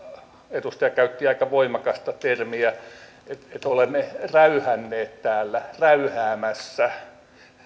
edustaja käytti aika voimakasta termiä että olemme räyhänneet täällä räyhäämässä